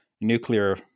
nuclear